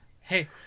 hey